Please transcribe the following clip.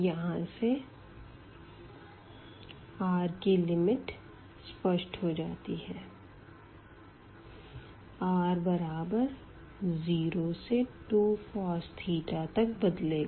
यहाँ से r की लिमिट स्पष्ट हो जाती है r बराबर 0 से 2cos तक बदलेगा